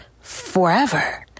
forever